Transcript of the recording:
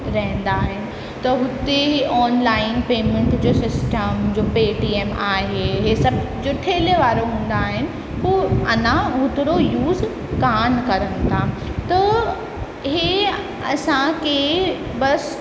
रहंदा आहिनि त हुते ऑनलाइन पेमेंट जो सिस्टम जो पेटीएम आहे इहे सभु जो ठेले वारा हूंदा आहिनि उहो अञा होतिरो यूज़ कान करनि था त इहे असांखे बसि